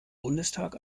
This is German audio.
bundestag